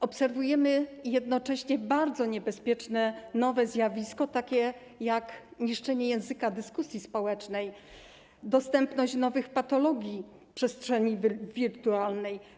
Obserwujemy jednocześnie bardzo niebezpieczne nowe zjawiska, takie jak niszczenia języka dyskusji społecznej czy dostępność nowych patologii w przestrzeni wirtualnej.